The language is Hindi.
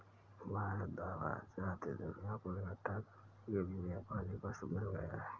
वायदा बाजार तितलियों को इकट्ठा करने के लिए व्यापारिक वस्तु बन गया